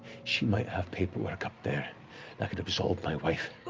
she might have paperwork up there absolve my wife.